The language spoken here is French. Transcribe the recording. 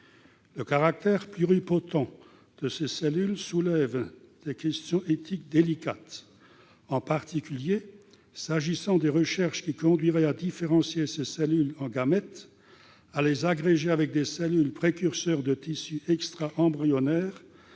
Le caractère pluripotent de ces cellules soulève des questions éthiques délicates. Je pense en particulier à des recherches qui conduiraient à différencier ces cellules en gamètes et à les agréger avec des cellules précurseurs de tissus extra-embryonnaires